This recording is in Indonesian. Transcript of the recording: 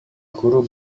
guru